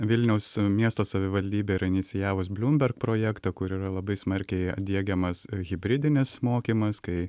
vilniaus miesto savivaldybė ir inicijavus bloomberg projektą kur yra labai smarkiai diegiamas hibridinis mokymas kai